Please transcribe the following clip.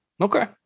Okay